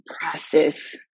process